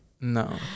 No